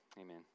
amen